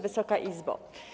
Wysoka Izbo!